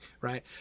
right